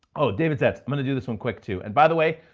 oh, david says, i'm gonna do this one quick too. and by the way,